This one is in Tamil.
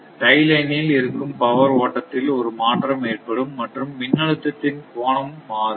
டை லைனில் இருக்கும் பவர் ஓட்டத்தில் ஒரு மாற்றம் ஏற்படும் மற்றும் மின்னழுத்தத்தின் கோணம் மாறும்